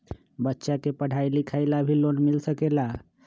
बच्चा के पढ़ाई लिखाई ला भी लोन मिल सकेला?